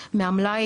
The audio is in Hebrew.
מהמלאי,